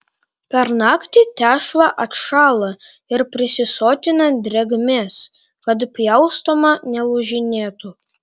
per naktį tešla atšąla ir prisisotina drėgmės kad pjaustoma nelūžinėtų